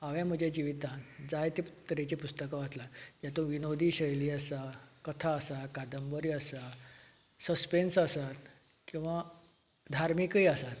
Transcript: हांवेन म्हजें जिवितांत जायते तरेची पुस्तकां वाचल्यात जातूंत विनोदी शैली आसा कथा आसा कादंबरी आसा सस्पेन्स आसा किंवां धार्मीकय आसात